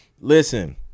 listen